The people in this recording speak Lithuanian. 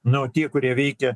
nu tie kurie veikia